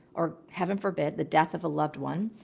or heaven forbid, the death of a loved one,